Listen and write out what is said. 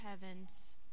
heavens